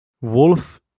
Wolf